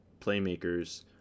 playmakers